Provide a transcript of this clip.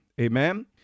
Amen